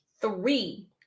Three